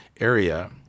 area